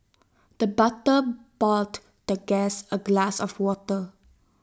the butler poured the guest A glass of water